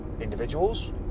individuals